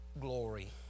glory